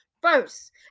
first